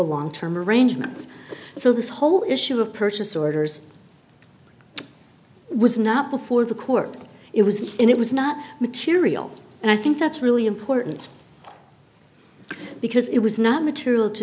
a long term arrangements so this whole issue of purchase orders was not before the court it was and it was not material and i think that's really important because it was not material to